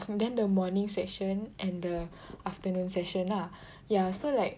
then the morning session and the afternoon session lah yah so like